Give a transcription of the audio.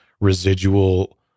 residual